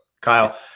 kyle